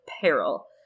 peril